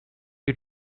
you